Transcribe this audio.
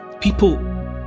People